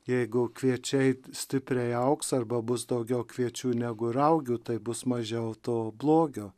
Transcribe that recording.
jeigu kviečiai stipriai augs arba bus daugiau kviečių negu raugių tai bus mažiau to blogio